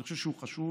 אני חושב שהוא חשוב,